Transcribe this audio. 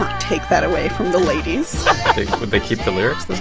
take that away from the ladies would they keep the lyrics the